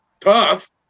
tough